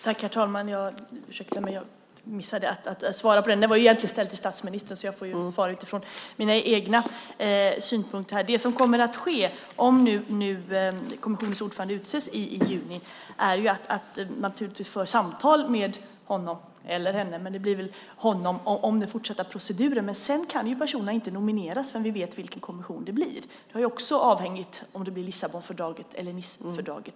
Herr talman! Ursäkta att jag missade att svara på den frågan. Den var egentligen ställd till statsministern. Jag får därför svara utifrån mina egna synpunkter. Det som kommer att ske om kommissionens ordförande utses i juni är att man naturligtvis för samtal med honom eller henne, men det blir väl honom, om den fortsatta proceduren. Men sedan kan personerna inte nomineras förrän vi vet vilken kommission det blir. Det är också avhängigt av om det blir Lissabonfördraget eller Nicefördraget.